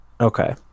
Okay